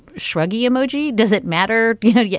shrugging emoji. does it matter? you know, yeah